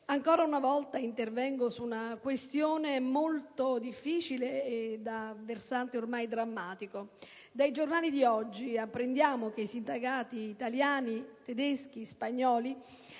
ancora una volta intervengo per segnalare una questione molto grave e dai risvolti ormai drammatici. Dai giornali di oggi apprendiamo che i sindacati italiani, tedeschi e spagnoli,